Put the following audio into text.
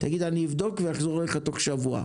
תגיד, אני אבדוק ואחזור אליך תוך שבוע.